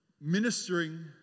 ministering